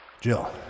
Jill